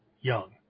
young